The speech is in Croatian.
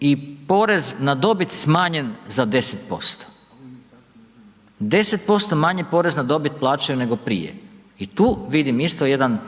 i porez na dobit i smanjen za 10%. 10% manje porez na dobit plaćaju nego prije i tu vidim isto jedan,